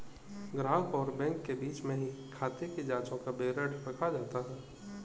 ग्राहक और बैंक के बीच में ही खाते की जांचों का विवरण रखा जाता है